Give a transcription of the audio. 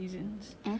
label with